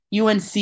UNC